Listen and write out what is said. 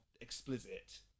explicit